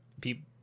people